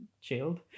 chilled